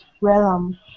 realm